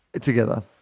Together